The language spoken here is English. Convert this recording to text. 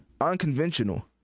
Unconventional